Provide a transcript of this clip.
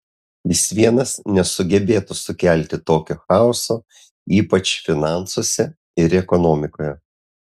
jis vienas nesugebėtų sukelti tokio chaoso ypač finansuose ir ekonomikoje